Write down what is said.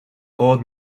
old